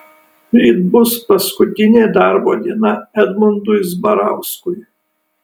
ryt bus paskutinė darbo diena edmundui zbarauskui